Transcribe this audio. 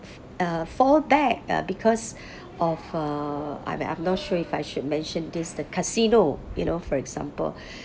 uh fall back uh because of uh I'm I'm not sure if I should mention this the casino you know for example